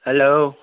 hello